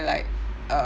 like uh